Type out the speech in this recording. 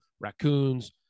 raccoons